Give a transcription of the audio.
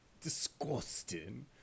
Disgusting